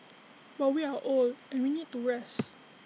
but we are old and we need to rest